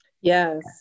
Yes